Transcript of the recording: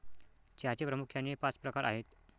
चहाचे प्रामुख्याने पाच प्रकार आहेत